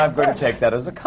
i'm going to take that as